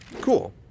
Cool